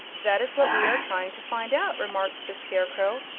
that is what we are trying to find out, remarked the scarecrow.